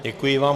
Děkuji vám.